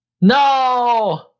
No